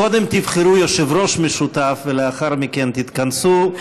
קודם תבחרו יושב-ראש משותף ולאחר מכן תתכנסו,